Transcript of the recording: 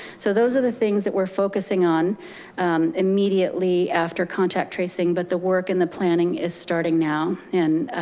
so those are the things that we're focusing on immediately after contact tracing, but the work and the planning is starting now. and